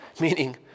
Meaning